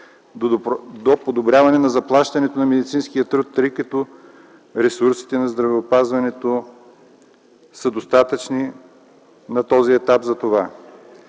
до подобряване на заплащането на медицинския труд, тъй като ресурсите на здравеопазването са достатъчни на този етап за това.